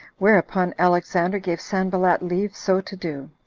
whereupon alexander gave sanballat leave so to do,